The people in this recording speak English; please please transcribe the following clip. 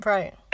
Right